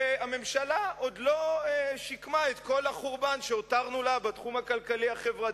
והממשלה עוד לא שיקמה את כל החורבן שהותרנו לה בתחום הכלכלי-חברתי,